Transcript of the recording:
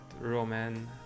Roman